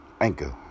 Anchor